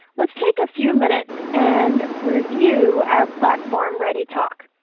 let's take a few minutes and review our platform readytalk.